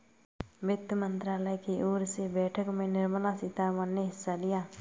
वित्त मंत्रालय की ओर से बैठक में निर्मला सीतारमन ने हिस्सा लिया